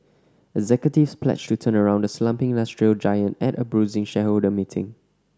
executives pledged to turn around the slumping industrial giant at a bruising shareholder meeting